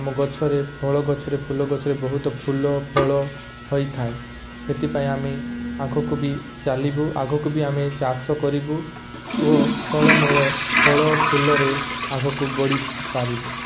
ଆମ ଗଛରେ ଫଳ ଗଛରେ ଫୁଲ ଗଛରେ ବହୁତ ଫୁଲ ଫଳ ହୋଇଥାଏ ହେଥିପାଇଁ ଆମେ ଆଗକୁ ବି ଚଳିବୁ ଆଗକୁ ବି ଆମେ ଚାଷ କରିବୁ ଓ ଫଳମୂଳ ଫଳ ଫୁଲରେ ଆଗକୁ ବଢ଼ିପାରିବୁ